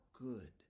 good